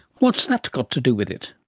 what's that got to do with it?